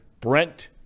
Brent